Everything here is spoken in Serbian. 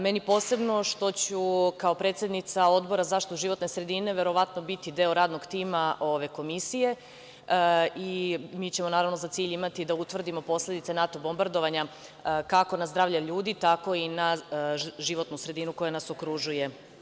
Meni posebno što ću, kao predsednica Odbora za zaštitu životne sredine, verovatno biti deo radnog tima ove komisije i mi ćemo, naravno, za cilj imati da utvrdimo posledice NATO bombardovanja, kako na zdravlja ljudi tako i na životnu sredinu koja nas okružuje.